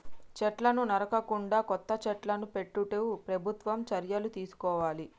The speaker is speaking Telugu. చెట్లను నరకకుండా కొత్త చెట్లను పెట్టేట్టు ప్రభుత్వం చర్యలు తీసుకోవాలి